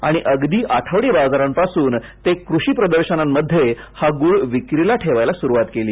आणि अगदी आठवडी बाजारांपासून ते कृषी प्रदर्शनांमध्ये हा गूळ विक्रीला ठेवायला स्रुवात केली